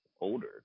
older